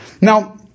Now